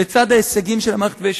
בצד ההישגים של המערכת,